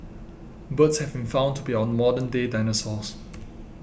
birds have been found to be our modern day dinosaurs